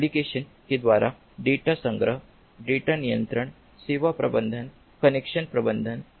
application के द्वारा data संग्रह डेटा नियंत्रण सेवा प्रबंधन कनेक्शन प्रबंधन